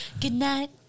Goodnight